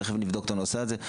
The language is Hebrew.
תכף נבדוק את הנושא הזה",